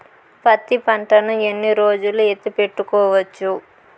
పత్తి పంటను ఎన్ని రోజులు ఎత్తి పెట్టుకోవచ్చు?